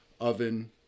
oven